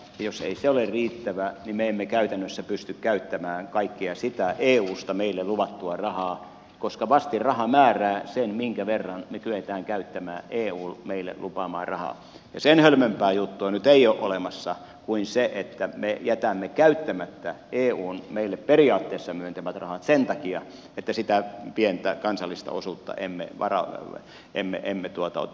jos ei se ole riittävä niin me emme käytännössä pysty käyttämään kaikkea sitä eusta meille luvattua rahaa koska vastinraha määrää sen minkä verran me kykenemme käyttämään eun meille lupaamaa rahaa ja sen hölmömpää juttua nyt ei ole olemassa kuin se että me jätämme käyttämättä eun meille periaatteessa myöntämät rahat sen takia että sitä pientä kansallista osuutta emme ottaisi käyttöön